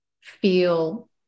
feel